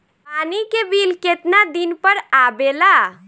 पानी के बिल केतना दिन पर आबे ला?